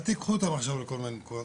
אל תיקחו אותם עכשיו לכל מיני מקומות.